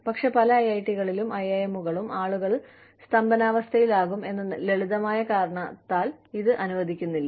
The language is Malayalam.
പക്ഷേ പല ഐഐടികളും ഐഐഎമ്മുകളും ആളുകൾ സ്തംഭനാവസ്ഥയിലാകും എന്ന ലളിതമായ കാരണത്താൽ ഇത് അനുവദിക്കുന്നില്ല